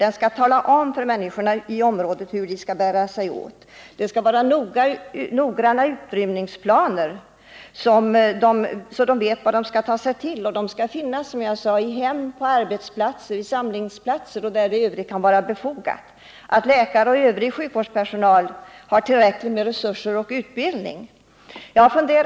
Den skall ange för människorna i området hur de skall bära sig åt vid en olycka. Det skall finnas noggrant utarbetade utrymningsplaner, så att människorna vet vad de skall ta sig till. Dessa planer skall, som jag sade, finnas i hem, på arbetsplatser, på samlingsplatser och på övriga ställen där det kan vara befogat. Planerna skall också innebära att läkare och övrig sjukvårdspersonal har lämplig utbildning och tillräckligt med resurser.